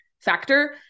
factor